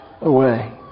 away